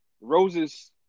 roses